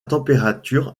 température